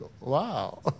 wow